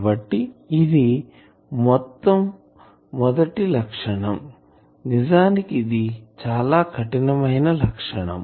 కాబట్టి ఇది మొదటి లక్షణం నిజానికి ఇది చాలా కఠినమైన లక్షణం